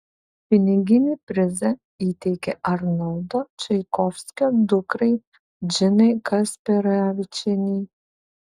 piniginį prizą įteikė arnoldo čaikovskio dukrai džinai kasperavičienei